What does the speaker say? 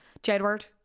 Jedward